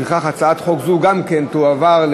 התשע"ג 2013,